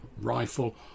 rifle